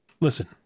listen